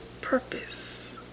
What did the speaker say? purpose